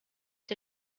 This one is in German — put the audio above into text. der